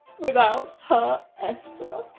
without her esther.